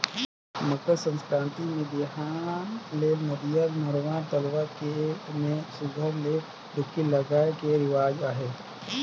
मकर संकरांति मे बिहान ले नदिया, नरूवा, तलवा के में सुग्घर ले डुबकी लगाए के रिवाज अहे